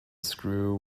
screw